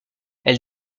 elle